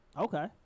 Okay